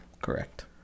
correct